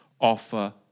offer